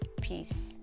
Peace